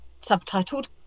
subtitled